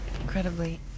incredibly